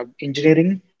engineering